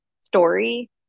story